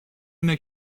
اینه